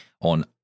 on